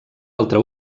altra